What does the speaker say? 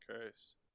Christ